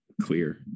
clear